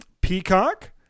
Peacock